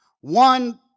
one